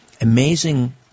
amazing